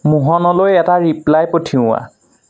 মোহনলৈ এটা ৰিপ্লাই পঠিওৱা